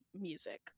music